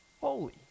holy